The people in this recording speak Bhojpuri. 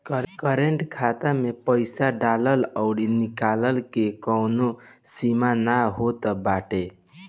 करंट खाता में पईसा डालला अउरी निकलला के कवनो सीमा ना होत बाटे